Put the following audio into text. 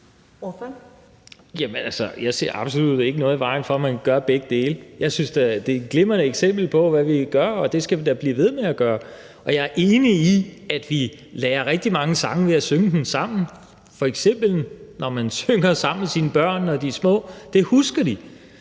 (V): Jeg ser absolut ikke, der er noget i vejen for, at man gør begge dele. Jeg synes da, det er et glimrende eksempel på, hvad vi gør, og det skal vi da blive ved med at gøre. Jeg er enig i, at vi lærer rigtig mange sange ved at synge dem sammen, f.eks. når man synger sammen med sine børn, når de er små. Det husker de.